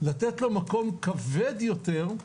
לתת לו מקום כבד יותר,